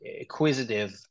acquisitive